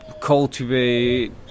cultivate